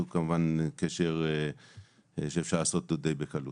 הוא קשר שאפשר לעשות בקלות.